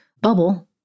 bubble